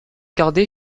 gardé